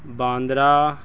Bandra